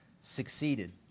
succeeded